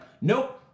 nope